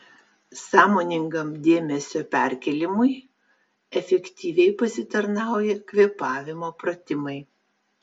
sąmoningam dėmesio perkėlimui efektyviai pasitarnauja kvėpavimo pratimai